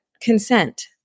consent